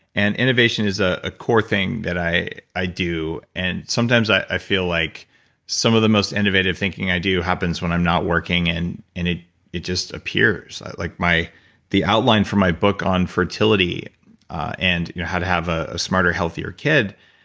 and innovation is ah a core thing that i i do. and sometimes i feel like some of the most innovative thinking i do happens when i'm not working and and it it just appears. like the outline for my book on fertility and how to have a smarter healthier kid,